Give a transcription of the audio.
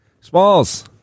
Smalls